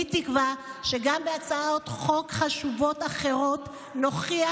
כולי תקווה שגם בהצעות חוק חשובות אחרות נוכיח,